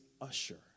Usher